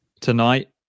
tonight